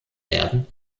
werden